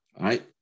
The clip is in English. right